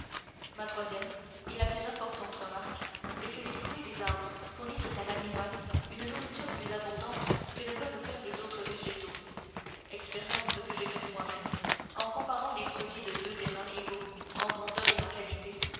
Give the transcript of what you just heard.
ma troisième et plus importante remarque est que les fruits des arbres fournissent à l'animal une nourriture plus abondante que ne peuvent faire les autres végétaux expérience que j'ai faite moi-même en comparant les produits de deux terrains égaux en grandeur et en qualité